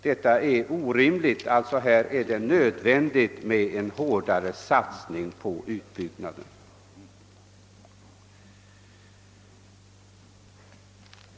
Detta är orimligt och mitt första krav är en hårdare satsning på utbyggnaden.